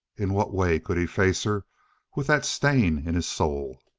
in what way could he face her with that stain in his soul?